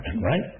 right